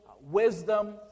wisdom